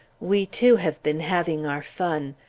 we, too, have been having our fun.